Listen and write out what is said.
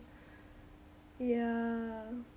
ya